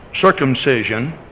circumcision